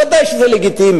ודאי שזה לגיטימי.